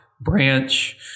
branch